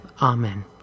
Amen